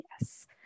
Yes